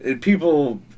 people